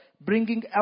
bringing